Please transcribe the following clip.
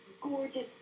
gorgeous